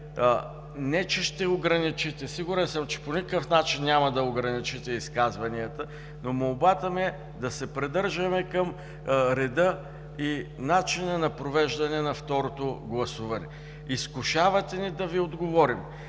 по правни въпроси. Сигурен съм, че по никакъв начин няма да ограничите изказванията, но молбата ми е да се придържаме към реда и начина на провеждане на второто гласуване. Изкушавате ни да Ви отговорим